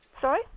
Sorry